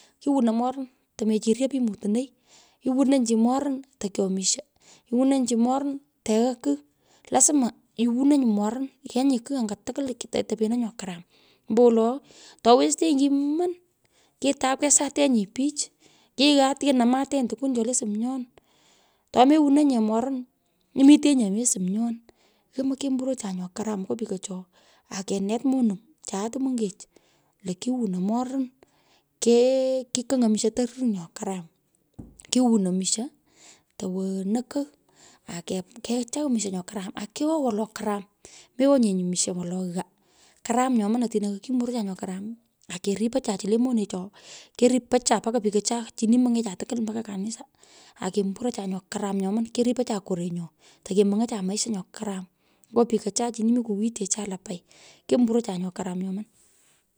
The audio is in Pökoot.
Kiwonoi, morun tomechiryo pich mutnoi, iwonunonyi chi morun to kyomisho iwunonyi chi morun teghaa kigh, lazima iwononyi moron, lanyi: kigh anya tokwul te topeno nyo karam, ombowolo, towestenyi kwimon, kitakwesatenyi pich, kiyat kinumutenyi tukwon chole sumyon, tomewononyi morun. imetinyi omo sumyon. Yomoi kemburocha nyo karam nyo pikocho, akenet monung chae to mongech lo kiwuno. Moron kee kikong’oi to misho to rir nyo karam, kiwunoi misho to wo nokogh ake chagh mishe ayo karam arkea wolo karam. meonye misha wolo ghau; karam nyoman otino kekiborocha nyo karam akeripocha chu le monecho, keripo cha mpaka pikocha chini mongecha tukwul, ake mburocho nyo karam nyoman, keripo cha korenyo tokemony’ocha maisha nyo karam nyo pikocho chini mi kuwitecha lo, kemburocha nyo karam nyoman.